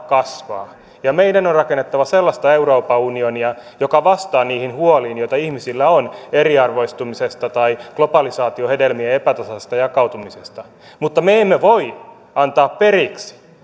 kasvaa ja meidän on rakennettava sellaista euroopan unionia joka vastaa niihin huoliin joita ihmisillä on eriarvoistumisesta tai globalisaation hedelmien epätasaisesta jakautumisesta mutta me emme voi antaa periksi